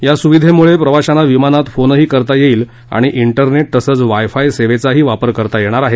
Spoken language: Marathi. या सुविधेमुळे प्रवाशांना विमानात फोनही करता येईल आणि डेरनेट तसंच वायफाय सेवेचाही वापर करता येणार आहे